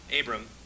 Abram